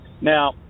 now